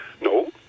No